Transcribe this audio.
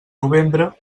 novembre